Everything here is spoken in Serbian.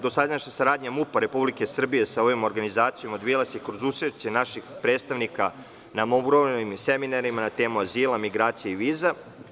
Do sadašnja saradnja MUP-a Republike Srbije sa ovim organizacijama se odvijala kroz učešće naših predstavnika na mnogobrojnim seminarima na temu azila, migracija i viza.